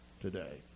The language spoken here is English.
today